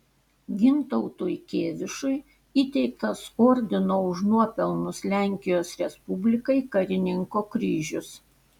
gintautui kėvišui įteiktas ordino už nuopelnus lenkijos respublikai karininko kryžius